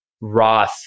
Roth